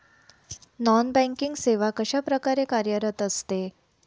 Non banking सेवा कशाप्रकारे कार्यरत असते?